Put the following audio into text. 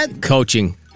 coaching